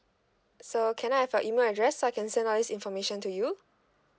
so can I have your email address so I can send out these information to you